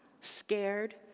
scared